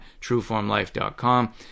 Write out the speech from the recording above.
trueformlife.com